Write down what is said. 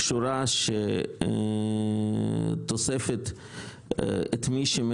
פה רוב ההסתייגויות שלנו קשורות לזמנית של התיקון שאתם מציעים,